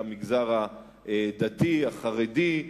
למגזר הדתי והחרדי,